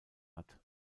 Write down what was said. hat